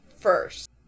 first